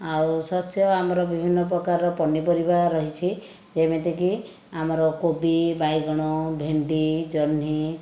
ଆଉ ଶସ୍ୟ ଆମର ବିଭିନ୍ନ ପ୍ରକାରର ପନିପରିବା ରହିଛି ଯେମିତିକି ଆମର କୋବି ବାଇଗଣ ଭେଣ୍ଡି ଜହ୍ନି